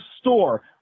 store